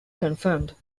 confirmed